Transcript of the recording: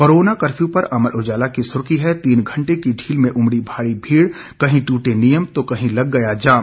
corona कफ्र्यू पर अमर उजाला की सुर्खी है तीन घंटे की ढील में उमड़ी भारी भीड़ कहीं दूटे नियम तो कहीं लग गया जाम